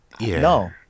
No